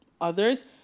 others